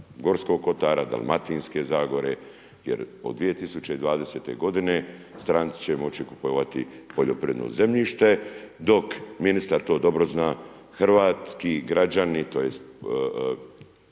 Gorskog kotara, Dalmatinske zagore jer od 2020. g. stranci će moći kupovati poljoprivredno zemljište dok ministar to dobro zna, hrvatski građani tj.